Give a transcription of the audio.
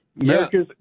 America's